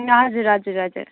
हजुर हजुर हजुर